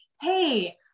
hey